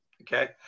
okay